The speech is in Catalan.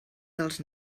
dels